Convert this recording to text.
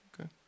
Okay